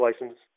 license